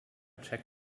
check